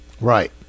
Right